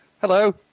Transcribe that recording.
hello